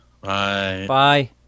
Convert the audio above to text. Bye